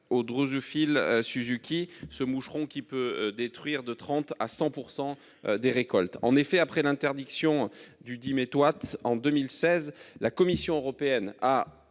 Aux drosophile Suzuki ce moucheron qui peut détruire, de 30 à 100% des récoltes en effet après l'interdiction du diméthoate en 2016 la Commission européenne a